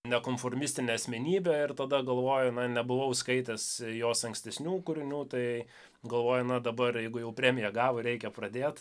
nekonformistinę asmenybę ir tada galvoju na nebuvau skaitęs jos ankstesnių kūrinių tai galvoju na dabar jeigu jau premiją gavo reikia pradėt